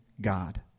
god